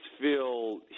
feel